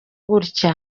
gutyo